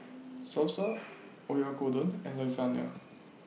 Salsa Oyakodon and Lasagna